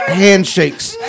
handshakes